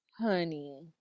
Honey